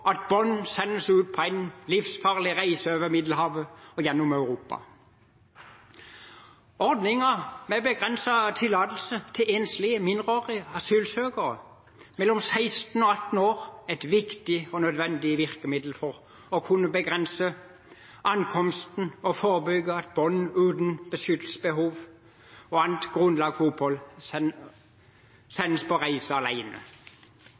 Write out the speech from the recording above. at barn sendes ut på en livsfarlig reise over Middelhavet og gjennom Europa. Ordningen med begrenset tillatelse for enslige mindreårige asylsøkere mellom 16 og 18 år er et viktig og nødvendig virkemiddel for å kunne begrense ankomstene og forebygge at barn uten beskyttelsesbehov og annet grunnlag for opphold sendes på reise